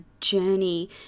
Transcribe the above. journey